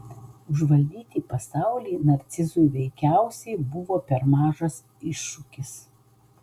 užvaldyti pasaulį narcizui veikiausiai buvo per mažas iššūkis